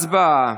הצבעה.